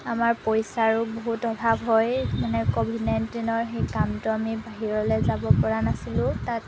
আমাৰ পইচাৰো বহুত অভাৱ হয় মানে ক'ভিড নাইণ্টিনৰ সেই কামটো আমি বাহিৰলৈ যাবপৰা নাছিলোঁ তাত